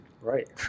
Right